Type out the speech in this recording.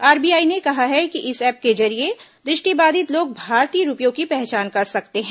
RBI ने कहा है कि इस ऐप के जरिए दृष्टिबाधित लोग भारतीय रूपयों की पहचान कर सकते हैं